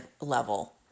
level